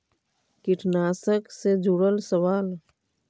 कीटनाशक से जुड़ल सवाल?